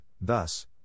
thus